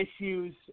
issues